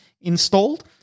installed